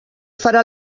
farà